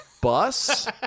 bus